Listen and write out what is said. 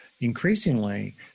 increasingly